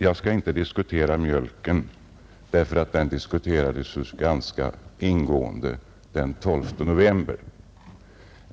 Jag skall inte diskutera mjölkpriset, eftersom det diskuterades ganska ingående den 12 november.